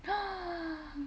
po